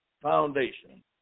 foundation